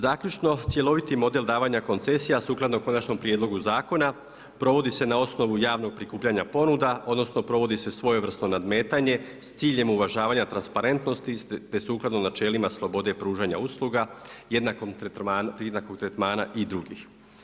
Zaključno, cjeloviti model davanja koncesija a sukladno konačnom prijedlogu zakona provodi se na osnovu javnog prikupljanja ponuda, odnosno provodi se svojevrsno nadmetanje s ciljem uvažavanja transparentnosti te sukladno načelima slobode pružanja usluga jednakog tretmana i drugih.